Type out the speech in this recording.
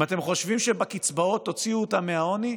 אם אתם חושבים שבקצבאות תוציאו אותם מהעוני,